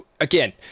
again